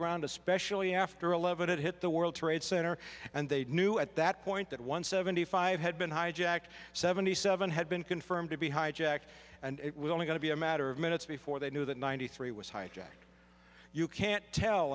ground especially after eleven it hit the world trade center and they knew at that point that one seventy five had been hijacked seventy seven had been confirmed to be hijacked and it was only going to be a matter of minutes before they knew that ninety three was hijacked you can't tell